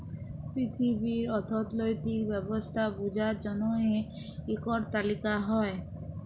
পিথিবীর অথ্থলৈতিক ব্যবস্থা বুঝার জ্যনহে ইকট তালিকা হ্যয়